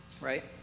right